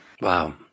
Wow